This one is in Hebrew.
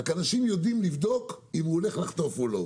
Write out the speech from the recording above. רק אנשים יודעים לבדוק אם הוא הולך לחטוף או לא.